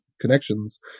connections